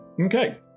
Okay